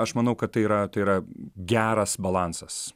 aš manau kad tai yra tai yra geras balansas